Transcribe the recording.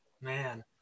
man